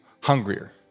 hungrier